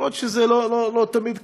למרות שזה לא תמיד קשור.